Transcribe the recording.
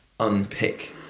Unpick